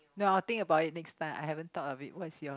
no I'll think about it next time I haven't thought of it what's yours